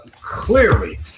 clearly